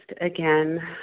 again